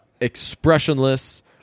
expressionless